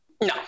No